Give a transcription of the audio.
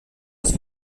ist